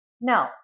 No